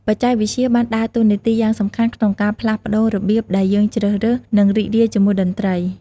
បច្ចេកវិទ្យាបានដើរតួនាទីយ៉ាងសំខាន់ក្នុងការផ្លាស់ប្តូររបៀបដែលយើងជ្រើសរើស និងរីករាយជាមួយតន្ត្រី។